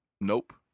nope